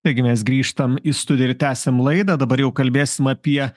taigi mes grįžtam į studiją ir tęsiam laidą dabar jau kalbėsim apie